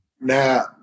Now